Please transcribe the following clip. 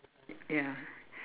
ya